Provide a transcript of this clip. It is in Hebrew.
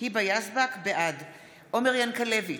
בעד עומר ינקלביץ'